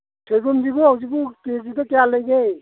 ꯁꯣꯏꯕꯨꯝꯁꯤꯕꯨ ꯍꯧꯖꯤꯛꯄꯨ ꯀꯦꯖꯤꯗ ꯀꯌꯥ ꯂꯩꯒꯦ